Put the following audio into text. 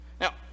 Now